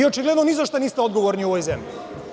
Očigledno ni za šta niste odgovorni u ovoj zemlji.